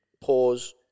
pause